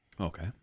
Okay